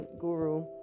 guru